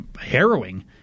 harrowing